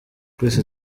twese